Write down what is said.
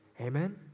Amen